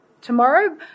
tomorrow